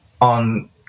on